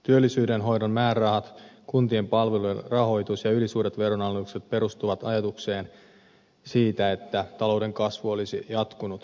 työllisyyden hoidon määrärahat kuntien palvelujen rahoitus ja ylisuuret veronalennukset perustuvat ajatukseen siitä että talouden kasvu olisi jatkunut hyvänä